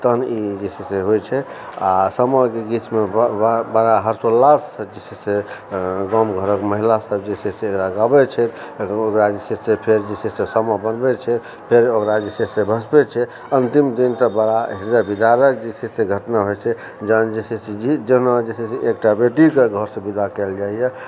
तहन ई जे छै से होइ छै आओर सामाके गीतमे बड़ा हर्षो उल्लाससँ जे छै से गाँव घरमे महिला सब जे छै से गाबै छै ओकरा जे छै से फेर सामा बनबै छै फेर ओकरा जे छै से फेर भसबै छै अन्तिम दिन तऽ बड़ा हृदय बिदारक जे छै से घटना होइ छै जहन जे छै से एकटा बेटीके घरसँ विदा कयल जाइए